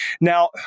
Now